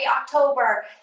October